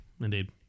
Indeed